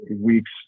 weeks